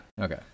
okay